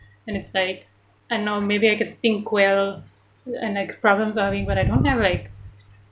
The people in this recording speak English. and it's like I know maybe I could think well and like problem solving but I don't have like